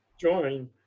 join